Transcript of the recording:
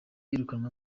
yirukanwa